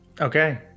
okay